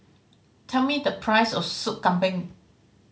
tell me the price of Sup Kambing